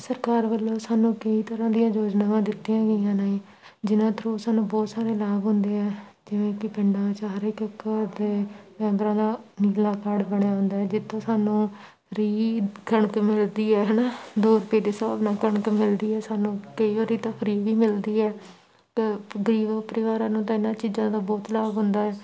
ਸਰਕਾਰ ਵੱਲੋਂ ਸਾਨੂੰ ਕਈ ਤਰ੍ਹਾਂ ਦੀਆਂ ਯੋਜਨਾਵਾਂ ਦਿੱਤੀਆਂ ਗਈਆਂ ਨੇ ਜਿਨ੍ਹਾਂ ਥਰੂ ਸਾਨੂੰ ਬਹੁਤ ਸਾਰੇ ਲਾਭ ਹੁੰਦੇ ਹੈ ਜਿਵੇਂ ਕਿ ਪਿੰਡਾਂ ਵਿੱਚ ਹਰ ਇੱਕ ਘਰ ਦੇ ਮੈਂਬਰਾਂ ਦਾ ਨੀਲਾ ਕਾਰਡ ਬਣਿਆ ਹੁੰਦਾ ਹੈ ਜਿੱਥੋਂ ਸਾਨੂੰ ਫ੍ਰੀ ਕਣਕ ਮਿਲਦੀ ਹੈ ਹੈ ਨਾ ਦੋ ਰੁਪਏ ਦੇ ਹਿਸਾਬ ਨਾਲ ਕਣਕ ਮਿਲਦੀ ਹੈ ਸਾਨੂੰ ਕਈ ਵਾਰੀ ਤਾਂ ਫ੍ਰੀ ਵੀ ਮਿਲਦੀ ਹੈ ਗ ਗਰੀਬ ਪਰਿਵਾਰਾਂ ਨੂੰ ਤਾਂ ਇਹਨਾਂ ਚੀਜ਼ਾਂ ਦਾ ਬਹੁਤ ਲਾਭ ਹੁੰਦਾ ਹੈ